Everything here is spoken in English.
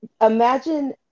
imagine